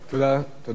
תודה רבה.